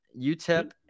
UTEP